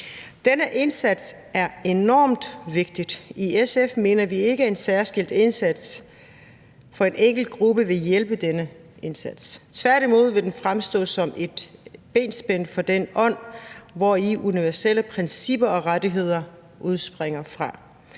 Denne indsats er enormt vigtig. I SF mener vi ikke, at en særskilt indsats for en enkelt gruppe vil hjælpe denne indsats. Tværtimod vil den fremstå som et benspænd for den ånd, som universelle principper og rettigheder udspringer fra.